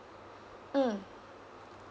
mm